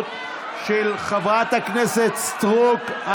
האגודות השיתופיות, של חברת הכנסת סטרוק.